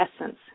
essence